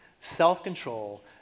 self-control